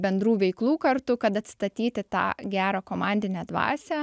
bendrų veiklų kartu kad atstatyti tą gerą komandinę dvasią